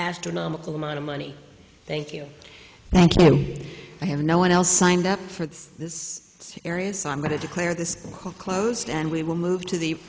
astronomical amount of money thank you thank you i have no one else signed up for this area so i'm going to declare the school closed and we will move to the